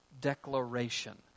declaration